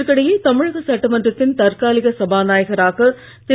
இதற்கிடையே தமிழக சட்டமன்றத்தின் தற்காலிக சபாநாயகராக திரு